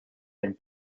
and